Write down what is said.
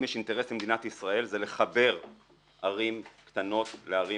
אם יש אינטרס למדינת ישראל זה לחבר ערים קטנות לערים